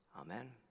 Amen